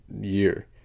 year